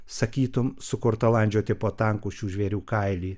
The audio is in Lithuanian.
sakytum sukurta landžioti po tankų šių žvėrių kailį